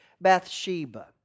Bathsheba